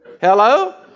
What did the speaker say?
Hello